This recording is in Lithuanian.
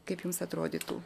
kaip jums atrodytų